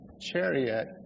chariot